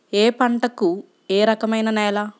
ఏ పంటకు ఏ రకమైన నేల?